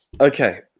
Okay